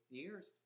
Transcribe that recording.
years